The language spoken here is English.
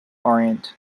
orient